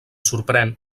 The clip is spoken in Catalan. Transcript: sorprèn